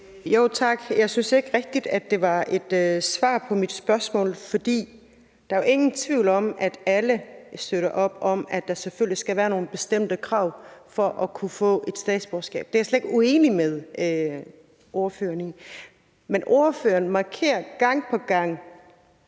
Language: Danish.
Tak. Jeg synes ikke rigtig, det var et svar på mit spørgsmål. For der er jo ingen tvivl om, at alle støtter op om, at der selvfølgelig skal være nogle bestemte krav for at kunne få et statsborgerskab. Det er jeg slet ikke uenig med ordføreren i. Men ordføreren markerer gang på gang,